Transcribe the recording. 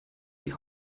die